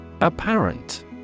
Apparent